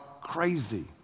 crazy